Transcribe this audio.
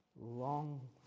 Long